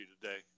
today